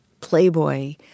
playboy